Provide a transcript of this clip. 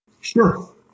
Sure